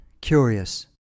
curious